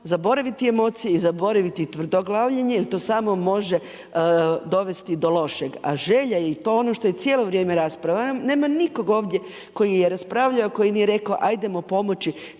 zaboraviti emocije i zaboraviti tvrdoglavljenje jer to samo može dovesti do lošeg. A želja i to je ono što je cijelo vrijeme rasprava nema nikog ovdje koji nije raspravljao koji nije rekao ajdmo pomoći